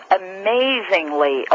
amazingly